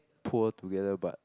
poor together but